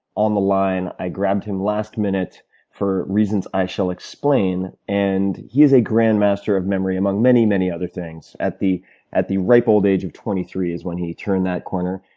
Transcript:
on the line. i grabbed him last minute for reasons i shall explain. and he is a grandmaster of memory among many, many other things. at the at the ripe old age of twenty three is when he turned that corner.